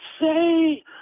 say